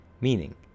Meaning